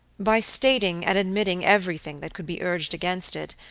by stating and admitting everything that could be urged against it,